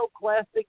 classic